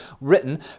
written